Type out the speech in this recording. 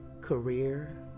career